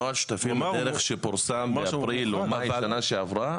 נוהל שותפים לדרך שפורסם באפריל או מאי בשנה שעברה,